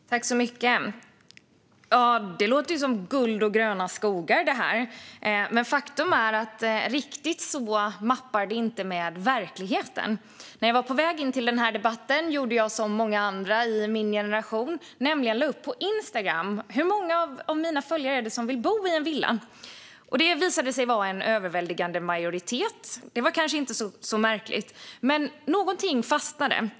Herr ålderspresident! Det låter ju som guld och gröna skogar, det här. Men faktum är att riktigt så mappar det inte med verkligheten. När jag var på väg in till den här debatten gjorde jag som många andra i min generation: Jag lade upp en fråga till mina följare på Instagram. Skulle du vilja bo i villa någon gång i livet? Frågade jag. Det visade sig vara en överväldigande majoritet. Det kanske inte är så märkligt, men något fastnade.